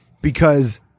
because-